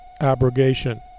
abrogation